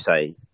say